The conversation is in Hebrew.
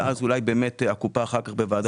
ואז אולי באמת הקופה אחר כך בוועדת חריגים כזו אחרת.